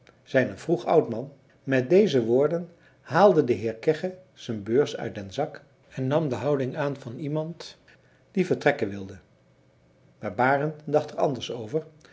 zijn er vroeg oud man met deze woorden haalde de heer kegge zijn beurs uit den zak en nam de houding aan van iemand die vertrekken wilde maar barend dacht er anders over